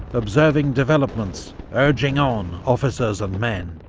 observing developments, urging on officers and men.